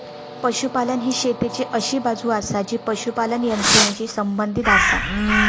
पशुपालन ही शेतीची अशी बाजू आसा जी पशुपालन यंत्रणेशी संबंधित आसा